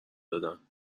دادن